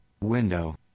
window